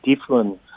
different